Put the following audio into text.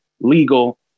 legal